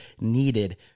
needed